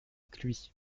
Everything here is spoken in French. cluis